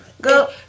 go